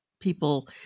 people